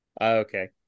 Okay